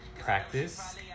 practice